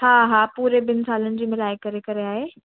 हा हा पूरे ॿिनि सालनि जी मिलाए करे करे आहे